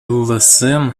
lăsăm